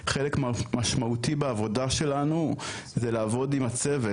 חלק משמעותי בעבודה שלנו זה לעבוד עם הצוות